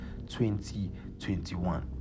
2021